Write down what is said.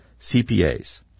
CPAs